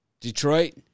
Detroit